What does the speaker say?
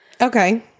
Okay